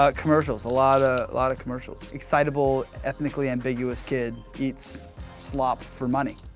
ah commercials, a lot ah lot of commercials. excitable ethnically ambiguous kid, eats slop for money.